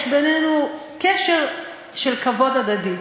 יש בינינו קשר של כבוד הדדי.